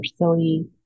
silly